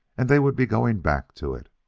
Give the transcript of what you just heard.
and they would be going back to it!